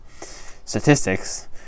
Statistics